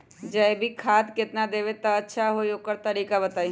जैविक खाद केतना देब त अच्छा होइ ओकर तरीका बताई?